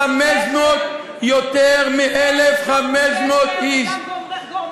יותר מ-1,500 איש, אין שום קשר.